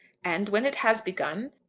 and when it has begun,